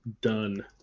done